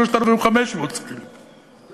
3,500. אז